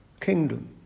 kingdom